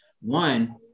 one